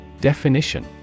Definition